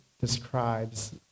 describes